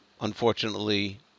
unfortunately